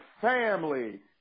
family